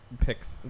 picks